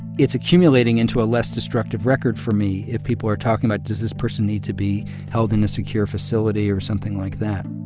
it's accumulating into a less destructive record for me if people are talking about does this person need to be held in a secure facility or something like that